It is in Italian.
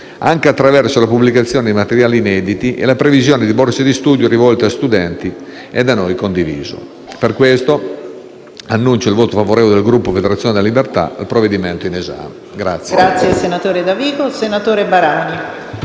anche attraverso la pubblicazione di materiali inediti e la previsione di borse di studio rivolte a studenti, è da noi condiviso. Per questo dichiaro il voto favorevole del Gruppo Federazione della Libertà al provvedimento in esame.